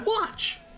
watch